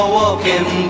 walking